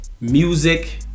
music